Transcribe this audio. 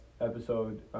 episode